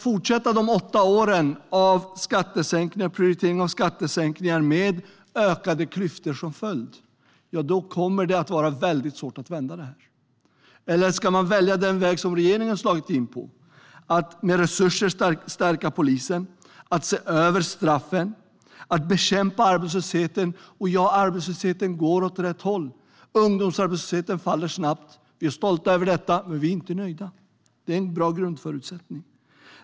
Fortsätter man med de åtta årens skattesänkningar med ökade klyftor som följd kommer det att vara mycket svårt att vända detta. Eller ska man välja den väg som regeringen har slagit in på, att stärka polisen, se över straffen och bekämpa arbetslösheten? Arbetslösheten går åt rätt håll. Ungdomsarbetslösheten faller snabbt. Vi är stolta över det men inte nöjda. Det är en bra grundförutsättning.